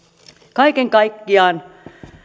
kaiken kaikkiaan